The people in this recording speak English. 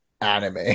anime